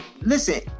listen